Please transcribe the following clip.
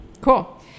Cool